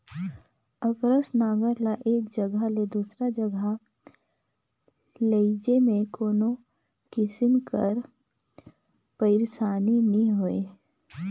अकरस नांगर ल एक जगहा ले दूसर जगहा लेइजे मे कोनो किसिम कर पइरसानी नी होए